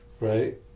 right